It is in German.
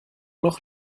noch